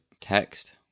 text